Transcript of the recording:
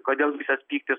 kodėl visas pyktis